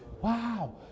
wow